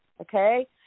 okay